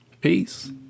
Peace